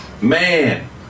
Man